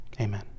amen